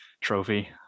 trophy